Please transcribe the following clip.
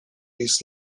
jest